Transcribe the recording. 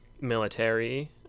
military